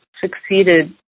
succeeded